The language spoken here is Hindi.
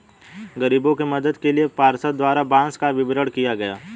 गरीबों के मदद के लिए पार्षद द्वारा बांस का वितरण किया गया